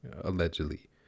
allegedly